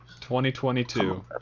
2022